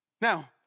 Now